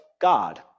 God